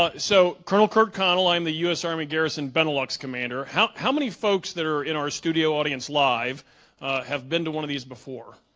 ah so colonel kurt connell, i'm the us army garrison benelux commander. commander. how many folks that are in our studio audience live have been to one of these before?